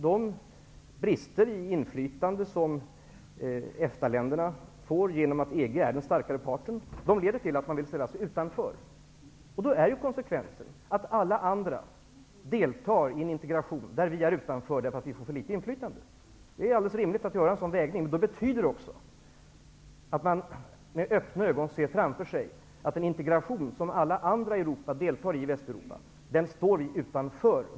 De brister i inflytande som EFTA-länderna får känna av genom att EG är den starkare parten leder för Gudrun Schymans del till att hon anser att Sverige skall ställa sig utanför. Då är konsekvensen att alla andra deltar i en integration där vi är utanför därför att vi får för litet inflytande. Det är alldeles rimligt att göra en sådan vägning, men då betyder det också att man med öppna ögon ser framför sig att vi står utanför den integration som alla andra i Västeuropa deltar i.